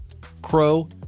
Crow